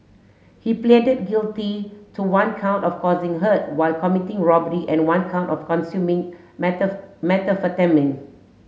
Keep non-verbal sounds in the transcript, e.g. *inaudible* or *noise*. he pleaded guilty to one count of causing hurt while committing robbery and one count of consuming *unintelligible* methamphetamine